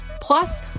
Plus